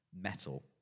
metal